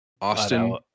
Austin